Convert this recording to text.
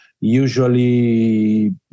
usually